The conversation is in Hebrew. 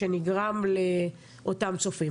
שנגרם לאותם צופים.